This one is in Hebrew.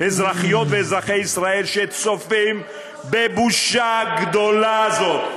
אזרחיות ואזרחי ישראל שצופים בבושה גדולה זו,